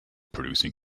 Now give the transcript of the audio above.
producing